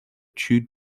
chewed